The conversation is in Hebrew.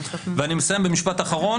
ואני מסיים במשפט אחרון,